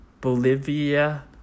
Bolivia